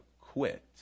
quit